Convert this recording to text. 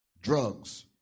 Drugs